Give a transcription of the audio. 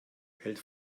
hält